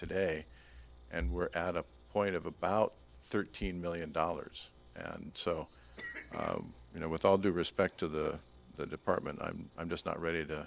today and we're at a point of about thirteen million dollars and so you know with all due respect to the department i'm i'm just not ready to